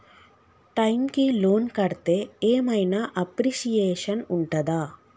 Time కి loan కడ్తే ఏం ఐనా అప్రిషియేషన్ ఉంటదా?